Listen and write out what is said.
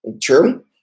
True